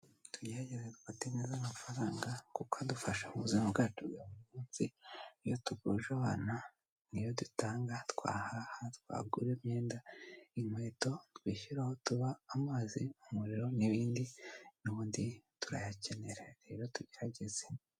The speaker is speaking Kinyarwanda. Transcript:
Tugerageze dufate neza amafaranga kuko adufasha mu ubuzima bwacu bwa buri munsi; iyo tuvuje abana ni yo dutanga, twahaha, twagura imyenda, inkweto, twishyura aho tuba, amazi, umuriro n'ibindi, n'ubundi turayakenera rero tugerageze.